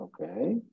okay